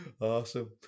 Awesome